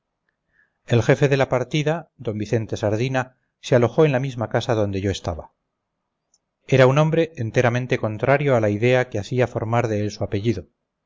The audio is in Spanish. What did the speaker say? el jefe de la partida d vicente sardina se alojó en la misma casa donde yo estaba era un hombre enteramente contrario a la idea que hacía formar de él su apellido